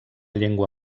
llengua